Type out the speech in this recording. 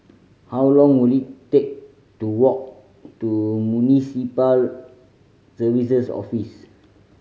how long will it take to walk to Municipal Services Office